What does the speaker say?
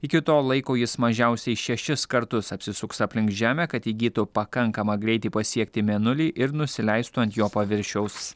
iki to laiko jis mažiausiai šešis kartus apsisuks aplink žemę kad įgytų pakankamą greitį pasiekti mėnulį ir nusileistų ant jo paviršiaus